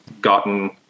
gotten